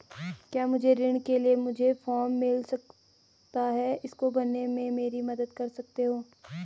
क्या मुझे ऋण के लिए मुझे फार्म मिल सकता है इसको भरने में मेरी मदद कर सकते हो?